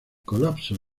colapso